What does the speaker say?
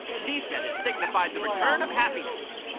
she said it signified the return of happiness.